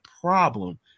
problem